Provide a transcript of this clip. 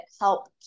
help